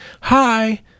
hi